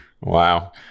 Wow